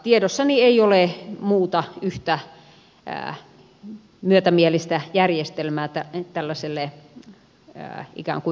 tiedossani ei ole muuta yhtä myötämielistä järjestelmää tällaiselle ikään kuin väärinkäytökselle